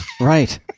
right